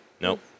Nope